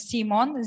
Simon